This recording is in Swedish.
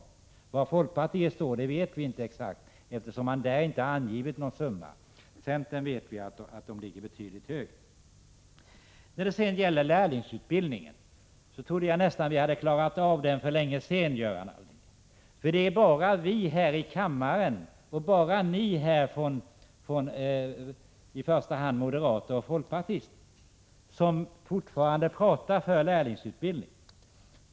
Exakt var folkpartiet står vet vi inte, eftersom man där inte angivit någon summa. Om centern vet vi att man ligger betydligt högre. Jag trodde att vi hade klarat av lärlingsutbildningen för länge sedan, Göran Allmér. Det är bara vi här i kammaren och i första hand då ni moderater och folkpartister som fortfarande talar för lärlingsutbildning.